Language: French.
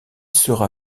sera